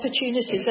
opportunities